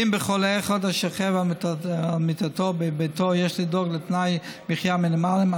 ואם בחולה אחד השוכב על מיטתו בביתו יש לדאוג לתנאי מחיה מינימליים,